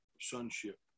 sonship